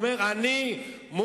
הוא אומר: אני מוסלמי.